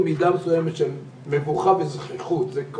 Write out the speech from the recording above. יש מידה מסוימת של מבוכה וזחיחות זו מין